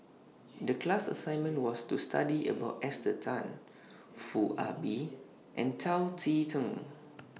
The class assignment was to study about Esther Tan Foo Ah Bee and Chao Tzee Cheng